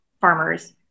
farmers